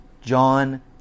John